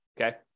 Okay